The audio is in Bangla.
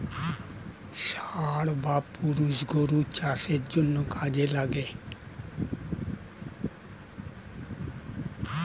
ষাঁড় বা পুরুষ গরু চাষের জন্যে কাজে লাগে